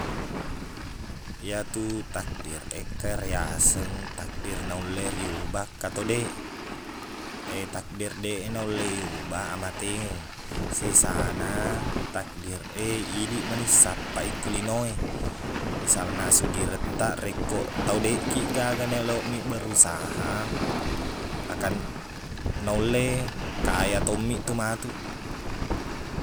Iyatu takdir e, engka riyaseng takdir naulle riubah engka to deq. Takdir deqnulle iyubah, ammatengeng. Sesana takdir e, idiq mani sappai ko lino e. Misalna, asugirettaq. Rekko tau deqkiqgaga naeloqmiq berusaha, akan- naulle kaya tommiq tu matuq.